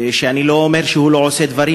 שאני לא אומר שהוא לא עושה דברים,